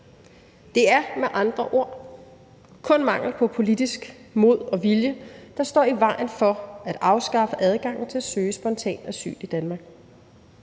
Det er med andre ord kun mangel på politisk mod og vilje, der står i vejen for at afskaffe adgangen til at søge spontant asyl i Danmark.